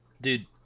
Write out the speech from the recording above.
dude